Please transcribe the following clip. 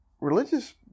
religious